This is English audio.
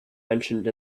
mentioned